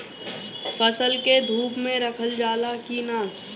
फसल के धुप मे रखल जाला कि न?